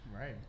Right